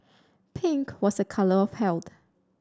pink was a colour of health